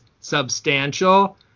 substantial